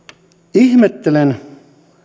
ihmettelen